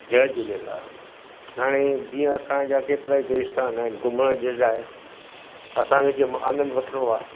जय झूलेलाल हाणे जीअं असांजा केतिरा ई देश आस्थान आहिनि घुमण जे लाइ असांखे जीअं आनंदु वठिणो आहे